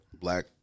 Black